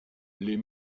les